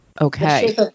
Okay